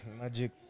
Magic